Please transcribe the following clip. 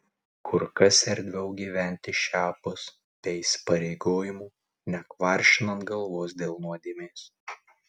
kur kas erdviau gyventi šiapus be įsipareigojimų nekvaršinant galvos dėl nuodėmės